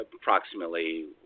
Approximately